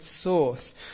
source